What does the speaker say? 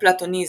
הפלאטוניזם.